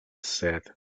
said